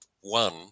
one